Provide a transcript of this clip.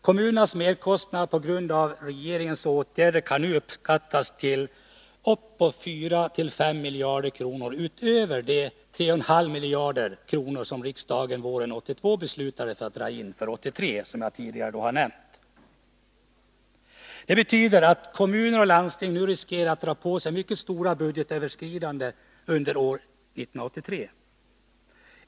Kommunernas merkostnader på grund av regeringens åtgärder kan nu uppskattas till 4-5 miljarder kronor utöver de 3,5 miljarder kronor riksdagen våren 1982 beslöt dra in för 1983 och som jag tidigare nämnt. Det betyder att kommuner och landsting nu riskerar att dra på sig mycket stora budgetöverskridanden under 1983.